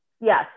Yes